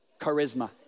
Charisma